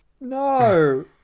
no